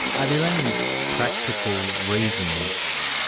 are there any practical reasons?